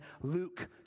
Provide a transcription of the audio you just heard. Luke